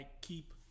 keep